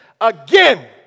again